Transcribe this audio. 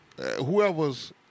Whoever's